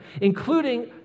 including